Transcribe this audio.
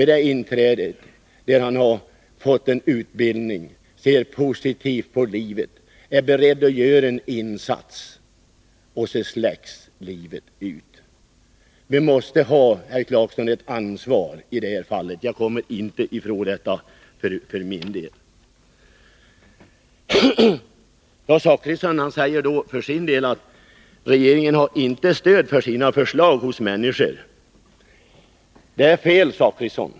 I 15-årsåldern har ungdomarna fått en utbildning, ser positivt på tillvaron och är beredda att göra en insats — och så släcks livet. Vi måste, herr Clarkson, ha ett ansvar i detta fall. Jag kommer inte ifrån det. Bertil Zachrisson säger att regeringen inte har stöd för sina förslag hos människorna. Det är fel, Bertil Zachrisson.